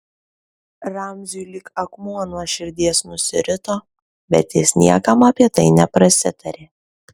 ramziui lyg akmuo nuo širdies nusirito bet jis niekam apie tai neprasitarė